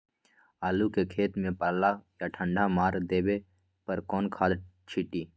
आलू के खेत में पल्ला या ठंडा मार देवे पर कौन खाद छींटी?